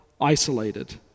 isolated